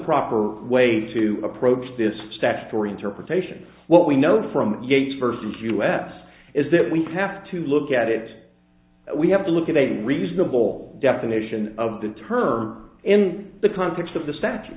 proper way to approach this stack for interpretation what we know from gates versus us is that we have to look at it we have to look at a reasonable definition of the term in the context of the statu